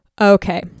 Okay